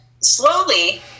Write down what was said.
slowly